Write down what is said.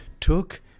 took